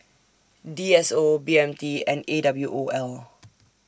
D S O B M T and A W O L